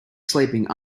sleeping